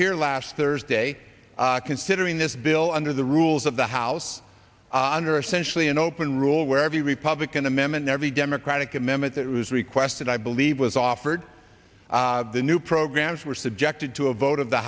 here last thursday considering this bill under the rules of the house and are essentially an open rule where every republican amendment every democratic amendment that was requested i believe was offered the new programs were subjected to a vote of the